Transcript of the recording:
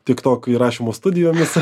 tik toko įrašymo studijomis